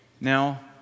Now